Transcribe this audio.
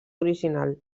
original